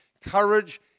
Courage